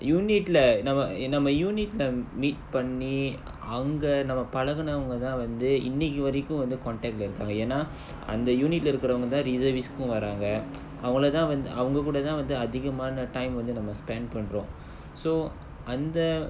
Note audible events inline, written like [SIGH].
unit lah நம்ம:namma eh நம்ம:namma unit lah meet பண்ணி அங்க நம்ம பழகுனவங்கதா வந்து இன்னிக்கு வரைக்கும் வந்து:panni anga namma palagunavangathaa vanthu innikku varaikum vanthu contact lah இருக்காங்க ஏனா:irukaanga yaenaa [BREATH] அந்த:antha unit leh இருக்குறவங்கதா:irukkuravangathaa reservist கு வராங்க அவங்களதா வந்து அவங்க கூடதா வந்து அதிகமான:ku varaanga avangalathaa vanthu avanga koodathaa vanthu athigaamana time வந்து நம்ம:vanthu namma spend பண்றோ:pandro so அந்த:antha